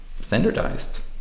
standardized